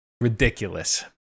ridiculous